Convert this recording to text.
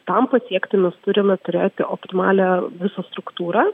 tam pasiekti mes turime turėti optimalią visą struktūrą